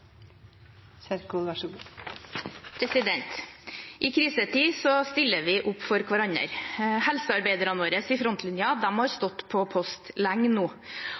I krisetider stiller vi opp for hverandre. Helsearbeiderne våre i frontlinjen har stått på post lenge nå.